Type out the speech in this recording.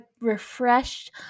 refreshed